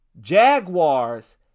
Jaguars